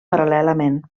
paral·lelament